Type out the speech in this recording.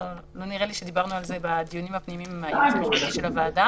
לא נראה לי שדיברנו על זה בדיונים הפנימיים עם הייעוץ המשפטי של הוועדה,